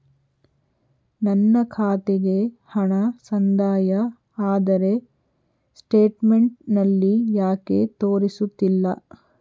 ನನ್ನ ಖಾತೆಗೆ ಹಣ ಸಂದಾಯ ಆದರೆ ಸ್ಟೇಟ್ಮೆಂಟ್ ನಲ್ಲಿ ಯಾಕೆ ತೋರಿಸುತ್ತಿಲ್ಲ?